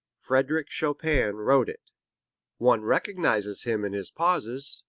frederic chopin wrote it one recognizes him in his pauses,